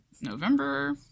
November